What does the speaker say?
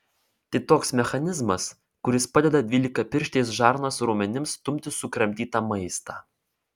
tai toks mechanizmas kuris padeda dvylikapirštės žarnos raumenims stumti sukramtytą maistą